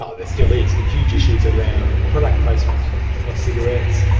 um there still is, huge issues around product placement of cigarettes.